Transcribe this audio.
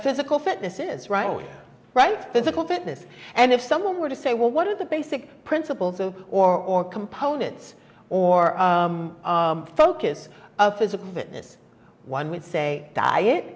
physical fitness is right all right physical fitness and if someone were to say well what are the basic principles of or components or focus of physical fitness one would say die